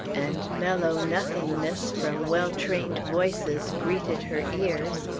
and mellow nothingnesses from well-trained voices greeted her ears,